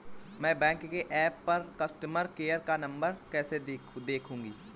मैं बैंक के ऐप पर कस्टमर केयर का नंबर कैसे देखूंगी?